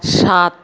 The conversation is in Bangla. সাত